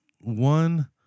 one